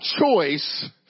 choice